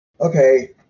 Okay